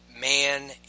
man